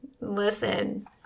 Listen